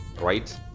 right